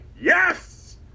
Yes